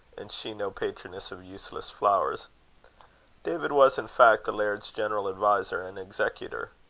and she no patroness of useless flowers david was in fact the laird's general adviser and executor.